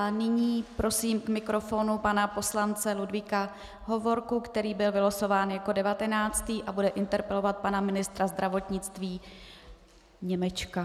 Nyní prosím k mikrofonu pana poslance Ludvíka Hovorku, který byl vylosován jako devatenáctý a bude interpelovat pana ministra zdravotnictví Němečka.